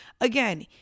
again